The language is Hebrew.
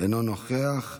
אינו נוכח.